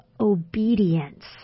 obedience